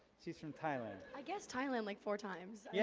she's from thailand. i guessed thailand like four times. yeah